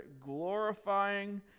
glorifying